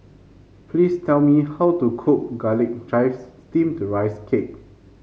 please tell me how to cook Garlic Chives Steamed Rice Cake